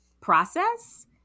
process